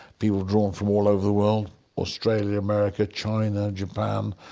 people drawn from all over the world australia, america, china, japan,